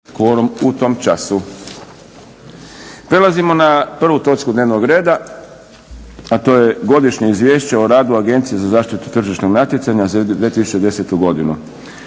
(SDP)** Prelazimo na prvu točku dnevnog reda a to je - Godišnje izvješće o radu Agencije o zaštitu tržišnog natjecanja za 2010. godinu.